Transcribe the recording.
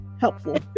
helpful